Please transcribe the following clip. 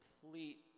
complete